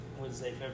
Wednesday